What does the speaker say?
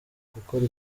gukora